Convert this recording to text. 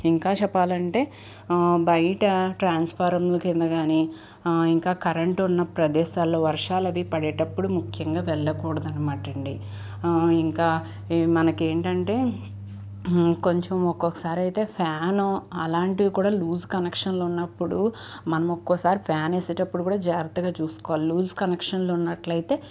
ఇంకా చెప్పాలంటే బయట ట్రాన్స్ఫారం కింద కానీ ఇంకా కరెంటు ఉన్న ప్రదేశాల్లో వర్షాలు అవి పడేటప్పుడు ముఖ్యంగా వెళ్ళకూడదనమాట అండి ఇంకా మనకి ఏంటంటే కొంచెం ఒక్కొక్కసారి అయితే ఫ్యాను అలాంటివి కూడా లూస్ కనెక్షన్లు ఉన్నప్పుడు మనం ఒక్కోసారి ఫ్యాన్ వేసేటప్పుడు కూడా జాగ్రత్తగా చూసుకోవాలి లూజ్ కనెక్షన్లు ఉన్నట్లయితే